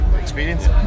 experience